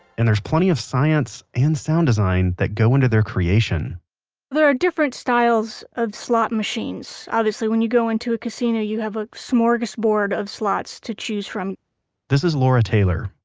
and there's plenty of science and sound design that go into their creation there are different styles of slot machines. obviously when you go into a casino you have a smorgasbord of slots to choose from this is laura taylor,